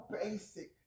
basic